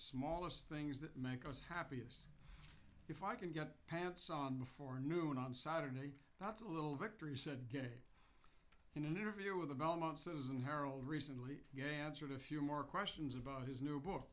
smallest things that make us happiest if i can get pants on the four noon on saturday that's a little victory said good in an interview with the belmont citizen herald recently ganser to a few more questions about his new book